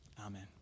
Amen